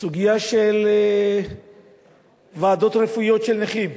הסוגיה של ועדות רפואיות של נכים.